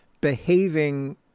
behaving